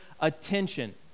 attention